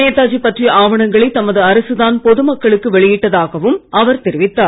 நேதாஜி பற்றிய ஆவணங்களை தமது அரசுதான் பொதுமக்களுக்கு வெளியிட்டதாகவும் அவர் தெரிவித்தார்